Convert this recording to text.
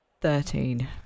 Thirteen